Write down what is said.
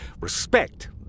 respect